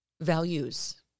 values